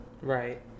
Right